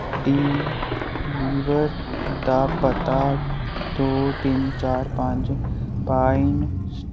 deliver दा पता दो तिन्न चार पंज पाइन